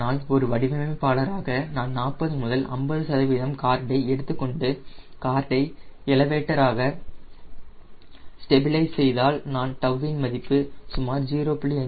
ஆனால் ஒரு வடிவமைப்பாளராக நான் 40 முதல் 50 சதவீதம் கார்டை எடுத்துக்கொண்டு கார்டை எலவேட்டராக ஸ்டெபிலைஸ் செய்தால் நான் 𝜏 இன் மதிப்பு சுமார் 0